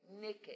naked